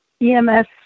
EMS